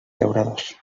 llauradors